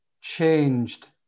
changed